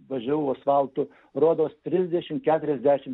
važiavau asfaltu rodos trisdešim keturiasdešim